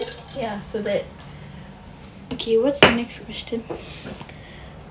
ya so that okay what's the next question